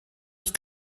ich